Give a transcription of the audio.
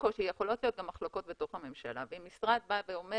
יכולות להיות גם מחלוקות בתוך הממשלה ואם משרד בא ואומר